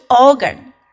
organ